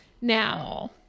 Now